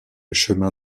chemin